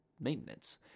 maintenance